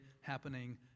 happening